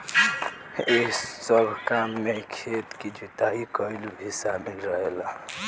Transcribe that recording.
एह सब काम में खेत के जुताई कईल भी शामिल रहेला